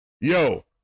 Yo